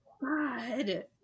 God